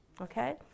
okay